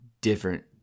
different